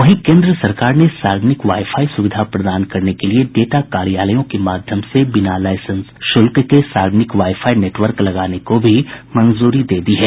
वहीं सरकार ने सार्वजनिक वाई फाई सुविधा प्रदान करने के लिए डेटा कार्यालयों के माध्यम से बिना लाइसेंस शुल्क के सार्वजनिक वाई फाई नेटवर्क लगाने को भी मंजूरी दे दी है